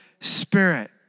Spirit